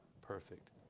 perfect